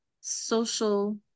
social